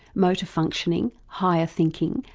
motor functioning, higher thinking,